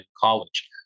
college